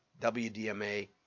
WDMA